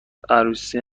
عروسی